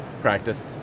practice